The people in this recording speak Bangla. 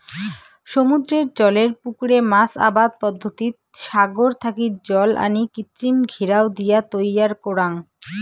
সমুদ্রের জলের পুকুরে মাছ আবাদ পদ্ধতিত সাগর থাকি জল আনি কৃত্রিম ঘেরাও দিয়া তৈয়ার করাং